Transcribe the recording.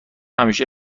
همیشه